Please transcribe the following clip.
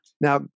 Now